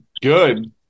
good